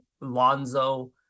lonzo